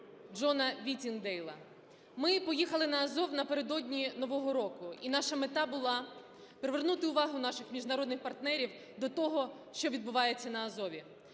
Джона Віттінгдейла. Ми поїхали на Азов напередодні Нового року, і наша мета була – привернути увагу наших міжнародних партнерів до того, що відбувається на Азові.